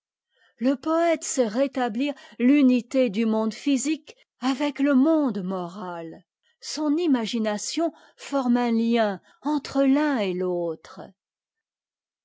le poëte sait rétablir l'unité du monde physique avec le monde moral son imagination forme un lien entre l'un et l'autre